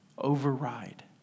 override